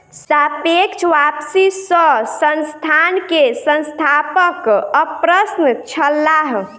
सापेक्ष वापसी सॅ संस्थान के संस्थापक अप्रसन्न छलाह